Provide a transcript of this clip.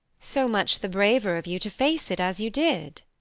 so much the braver of you to face it as you did.